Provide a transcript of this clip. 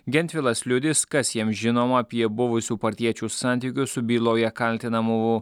gentvilas liudys kas jam žinoma apie buvusių partiečių santykius su byloje kaltinamu